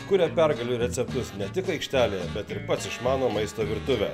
kuria pergalių receptus ne tik aikštelėje bet ir pats išmano maisto virtuvę